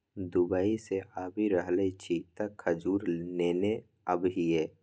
Dubai सँ आबि रहल छी तँ खजूर नेने आबिहे